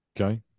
Okay